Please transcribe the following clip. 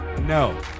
No